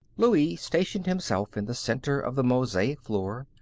louie stationed himself in the center of the mosaic floor,